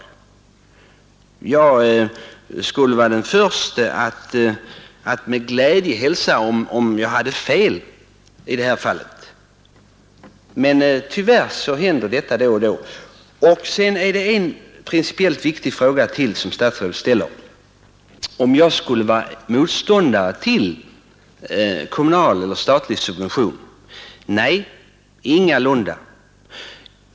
Jag skulle vara den förste att glädjas om jag hade fel i detta, men tyvärr händer det då och då sådant. Det var ytterligare en principiellt viktig fråga som statsrådet ställde. Han frågade om jag skulle vara motståndare till kommunala eller statliga subventioner åt SJ. Nej, ingalunda!